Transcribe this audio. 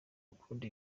ukunda